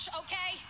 okay